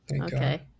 okay